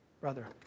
brother